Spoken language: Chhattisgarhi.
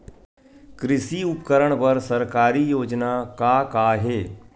कृषि उपकरण बर सरकारी योजना का का हे?